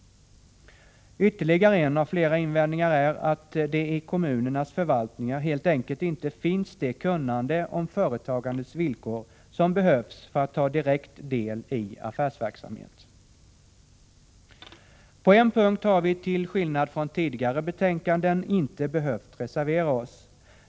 Ytterligare en av flera invändningar är att det i kommunernas förvaltningar helt enkelt inte finns det kunnande om företagandets villkor som behövs för att ta direkt del i affärsverksamhet. På en punkt har vi, till skillnad från tidigare betänkanden inte behövt reservera oss.